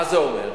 מה זה אומר?